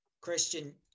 Christian